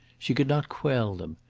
she could not quell them.